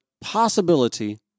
possibility